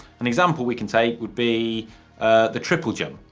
an example, we could say, would be the triple jump.